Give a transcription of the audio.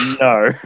No